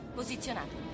posizionato